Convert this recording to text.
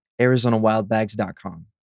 ArizonaWildBags.com